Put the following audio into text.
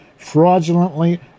fraudulently